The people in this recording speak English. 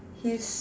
he's